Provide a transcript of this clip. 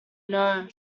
know